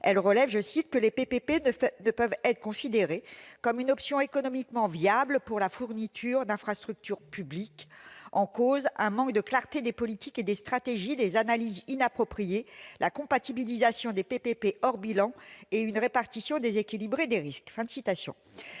Elle relève que les PPP « ne peuvent être considérés comme une option économiquement viable pour la fourniture d'infrastructures publiques », à cause « du manque de clarté des politiques et des stratégies, d'analyses inappropriées, de la comptabilisation des PPP hors bilan et d'une répartition déséquilibrée des risques ».